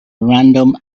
random